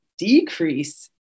decrease